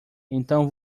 então